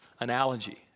analogy